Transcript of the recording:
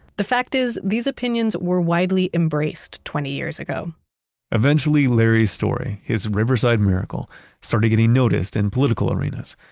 the fact is these opinions were widely embraced twenty years ago eventually, larry's story, his riverside miracle started getting noticed in political arenas.